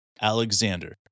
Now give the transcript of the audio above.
Alexander